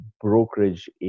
brokerage